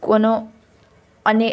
কোনো অনেক